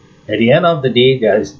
at the end of the day there's